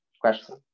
question